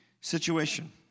situation